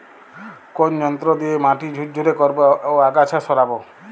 কোন যন্ত্র দিয়ে মাটি ঝুরঝুরে করব ও আগাছা সরাবো?